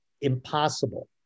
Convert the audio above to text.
impossible